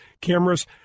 cameras